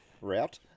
route